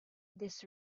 this